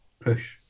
push